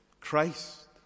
Christ